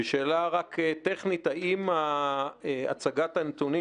שאלה טכנית האם הצגת הנתונים,